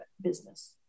business